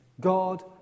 god